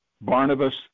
Barnabas